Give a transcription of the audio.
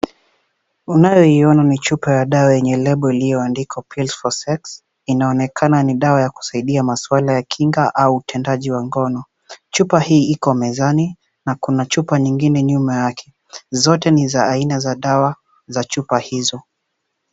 Unayoiona ni chupa ya dawa yenye lebo iliyoandikwa pills for sex , inaonekana ni dawa ya kusaidia masuala ya kinga au utendaji wa ngono, chupa hii iko mezani na kuna chupa nyingine nyuma yake, zote ni za aina za dawa za chupa hizo.